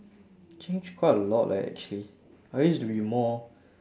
changed quite a lot leh actually I used to be more